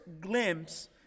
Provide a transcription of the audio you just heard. glimpse